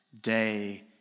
day